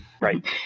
Right